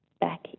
back